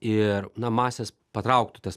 ir na masės patrauktų tas